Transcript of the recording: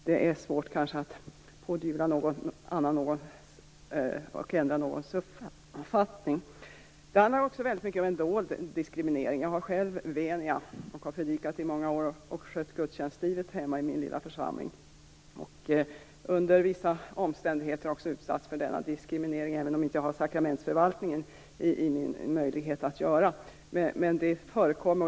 Det kan därför vara svårt att pådyvla någon en annan uppfattning. Det handlar också mycket om en dold diskriminering. Jag har själv venia och har i många år predikat och skött gudstjänstlivet hemma i min lilla församling. Under vissa omständigheter har jag också utsatts för denna diskriminering, även om jag inte har möjlighet att göra sakramentsförvaltningen.